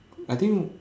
I think